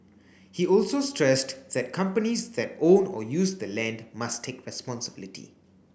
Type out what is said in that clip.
he also stressed that companies that own or use the land must take responsibility